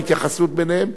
וההתייחסות ביניהן,